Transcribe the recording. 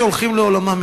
אנשים שהולכים לעולמם,